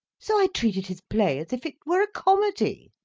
so i treated his play as if it were a comedy.